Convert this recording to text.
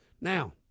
Now